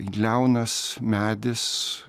liaunas medis